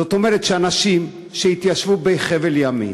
זאת אומרת, שאנשים שהתיישבו בחבל-ימית,